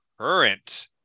current